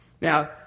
Now